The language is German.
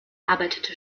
arbeitete